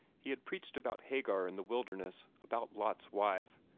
he had preached about hagar in the wilderness, about lot's wife,